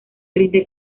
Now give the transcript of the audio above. rinde